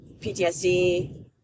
PTSD